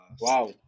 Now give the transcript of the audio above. Wow